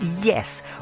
Yes